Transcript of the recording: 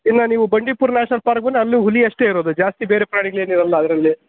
ಇನ್ನು ನೀವು Bandipur national park ಬಂದರೆ ಅಲ್ಲಿ ಹುಲಿ ಅಷ್ಟೇ ಇರೋದು ಜಾಸ್ತಿ ಬೇರೆ ಪ್ರಾಣಿಗಳೇನಿರಲ್ಲ ಅದರಲ್ಲಿ